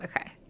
Okay